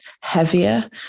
heavier